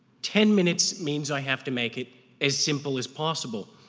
ten minutes means i have to make it as simple as possible.